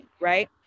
right